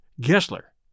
Gessler